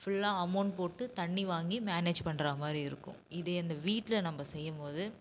ஃபுல்லாக அமௌண்ட் போட்டு தண்ணி வாங்கி மேனேஜ் பண்ணுற மாதிரி இருக்கும் இதே இந்த வீட்டில் நம்ம செய்யும் போது